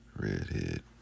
Redhead